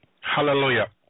Hallelujah